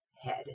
head